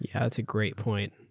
yeah it's a great point.